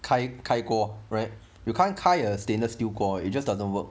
开开锅 right you can't 开 a stainless steel 锅 it just doesn't work